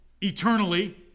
eternally